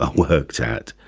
ah worked at,